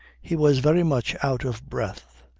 he was very much out of breath,